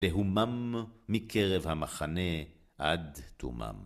תהומם מקרב המחנה עד תומם.